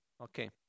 Okay